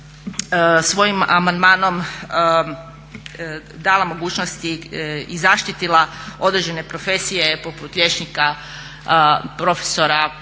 svojim amandmanom dala mogućnosti i zaštitila određene profesije poput liječnika, profesora pa